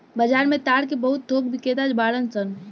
बाजार में ताड़ के बहुत थोक बिक्रेता बाड़न सन